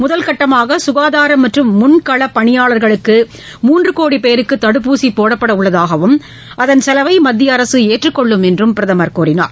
முதல்கட்டமாக சுகாதாரம் மற்றும் முன்களப் பணியாளா்கள் மூன்று கோடி பேருக்கு தடுப்பூசி போடப்பட உள்ளதாகவும் அதன் செலவை மத்திய அரசு ஏற்றுக்கொள்ளும் என்றும் பிரதமர் கூறினார்